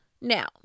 Now